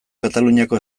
kataluniako